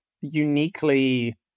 uniquely